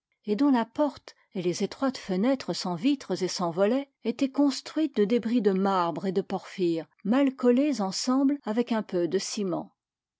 et dont la porte et les étroites fenêtres sans vitres et sans volets étaient construites de débris de marbre et de porphire mal collés ensemble avec un peu de ciment